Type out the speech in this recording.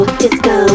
disco